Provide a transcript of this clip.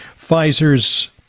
Pfizer's